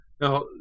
Now